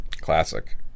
classic